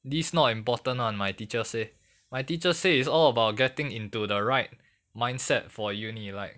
this not important [one] my teacher say my teacher say is all about getting into the right mindset for uni like